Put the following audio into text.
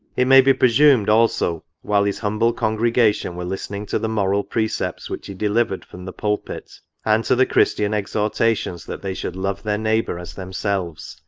it may be presumed also, while his humble congregation were listening to the moral precepts which he delivered from the pulpit, and to the christian exhortations that they should love their neigh bour as themselves,